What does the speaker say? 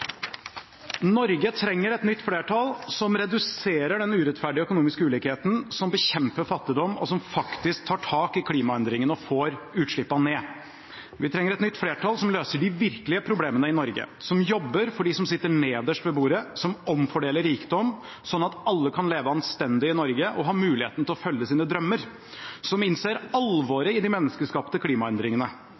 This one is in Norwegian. Norge trenger et nytt flertall, som reduserer den urettferdige økonomiske ulikheten, som bekjemper fattigdom, og som faktisk tar tak i klimaendringene og får utslippene ned. Vi trenger et nytt flertall som løser de virkelige problemene i Norge – som jobber for dem som sitter nederst ved bordet, som omfordeler rikdom, slik at alle kan leve anstendig i Norge og ha muligheten til å følge sine drømmer, som innser alvoret i de menneskeskapte klimaendringene,